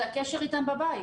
זה הקשר איתם בבית.